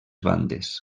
bandes